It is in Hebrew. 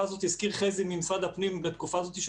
הזכיר חזי ממשרד הפנים שבתקופה הזאת של